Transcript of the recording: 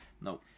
No